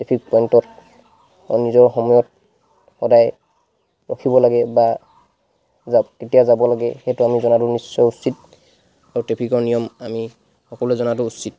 traffic পইণ্টত নিজৰ সময়ত সদায় ৰখিব লাগে বা যা কেতিয়া যাব লাগে সেইটো আমি জনাটো নিশ্চয় উচিত আৰু টেফিকৰ নিয়ম আমি সকলোৱে জনাটো উচিত